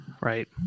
right